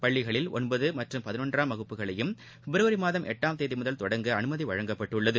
பள்ளிகளில் ஒன்பதுமற்றும் பதினொன்றாம் வகுப்புகளையும் பிட்ரவரிமாதம் எட்டாம் தேதிமுதல் தொடங்க அனுமதிஅளிக்கப்பட்டுள்ளது